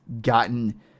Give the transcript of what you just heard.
gotten